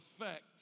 effect